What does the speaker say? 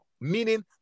Meaning